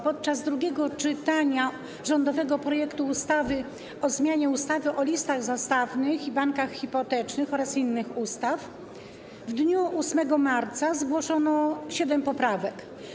Podczas drugiego czytania rządowego projektu ustawy o zmianie ustawy o listach zastawnych i bankach hipotecznych oraz niektórych innych ustaw w dniu 8 marca zgłoszono siedem poprawek.